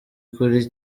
kuri